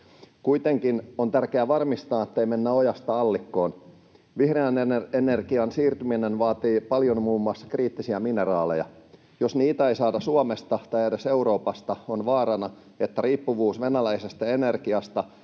Kuitenkin on tärkeää varmistaa, ettei mennä ojasta allikkoon. Vihreään energiaan siirtyminen vaatii muun muassa paljon kriittisiä mineraaleja. Jos niitä ei saada Suomesta tai edes Euroopasta, on vaarana, että riippuvuus venäläisestä energiasta